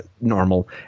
normal